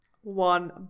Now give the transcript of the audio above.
one